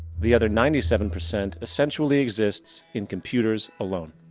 the other ninety seven percent essentially exists in computers alone.